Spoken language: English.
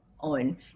own